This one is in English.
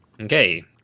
Okay